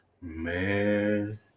Man